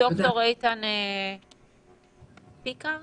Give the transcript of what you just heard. ד"ר איתן לה פיקאר.